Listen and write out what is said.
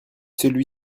celui